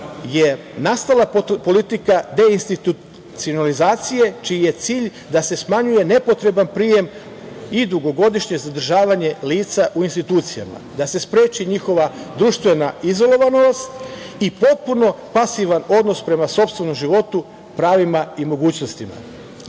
je nastala politika deinstitucionalizacije čiji je cilj da se smanjuje nepotreban prijem i dugogodišnje zadržavanje lica u institucijama, da se spreči njihova društvena izolovanost i potpuno pasivan odnos prema sopstvenom životu, pravima i mogućnostima. Ono